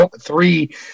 three